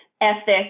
ethics